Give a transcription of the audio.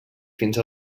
fins